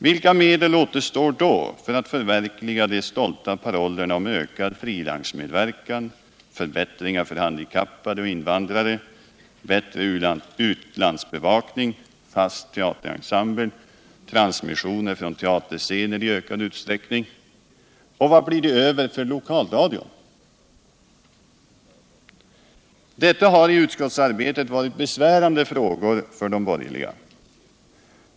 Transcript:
Vilka medel återstår då för att förverkliga de stolta parollerna om ökad frilansmedverkan, förbättringar för handikappade och invandrare, bättre utlandsbevakning, fast teaterverksamhet och transmissioner från teaterscener i ökad utsträckning? Och vad blir över för lokalradion? Detta har i utskottsarbetet varit besvärande frågor för de borgerliga.